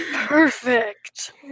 Perfect